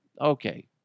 Okay